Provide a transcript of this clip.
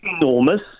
enormous